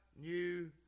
new